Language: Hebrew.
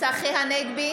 צחי הנגבי,